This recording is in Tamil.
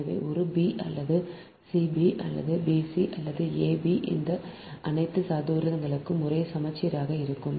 எனவே ஒரு b அல்லது c b அல்லது b c அல்லது a b இந்த அனைத்து தூரங்களும் ஒரே சமச்சீராக இருக்கும்